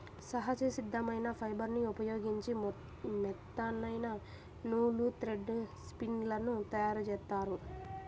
సహజ సిద్ధమైన ఫైబర్ని ఉపయోగించి మెత్తనైన నూలు, థ్రెడ్ స్పిన్ లను తయ్యారుజేత్తారు